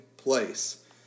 Place